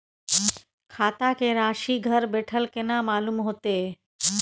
खाता के राशि घर बेठल केना मालूम होते?